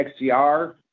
xcr